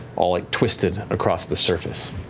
all like twisted across the surface.